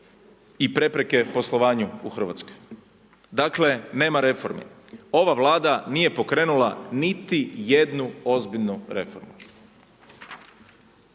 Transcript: i prepreke poslovanju u Hrvatskoj. Dakle, nema reformi, ova Vlada nije pokrenula niti jednu ozbiljnu reformu.